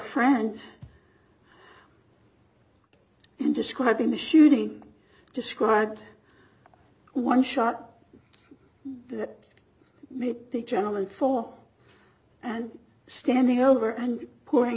friend and describing the shooting described one shot that made the gentleman fall and standing over and putting